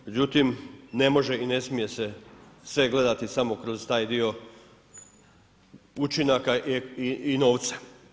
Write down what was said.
Međutim ne može i ne smije se sve gledati samo kroz taj dio učinaka i novca.